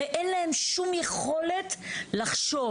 הרי, אין להן שום יכולת לחשוב.